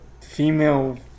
female